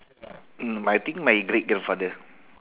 mm I think my great grandfather